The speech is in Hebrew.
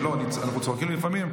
אנחנו צוחקים לפעמים.